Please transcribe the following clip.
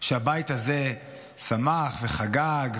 שהבית הזה שמח וחגג,